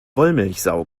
wollmilchsau